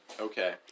Okay